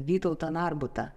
vytautą narbutą